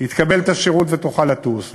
תקבל את השירות ותוכל לטוס.